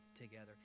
together